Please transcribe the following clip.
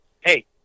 Hey